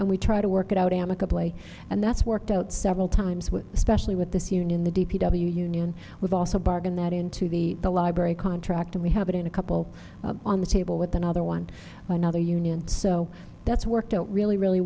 and we try to work it out amicably and that's worked out several times with especially with this union the d p w union we've also bargain that into the library contract and we have it in a couple on the table with another one by another union so that's worked out really really